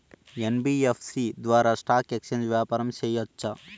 NBFC ద్వారా stock exchange వ్యాపారం సేయొచ్చా?